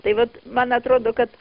tai vat man atrodo kad